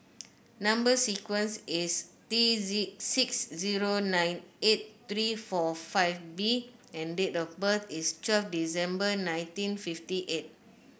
number sequence is T Z six zero nine eight three four five B and date of birth is twelve December nineteen fifty eight